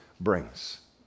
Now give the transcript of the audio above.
brings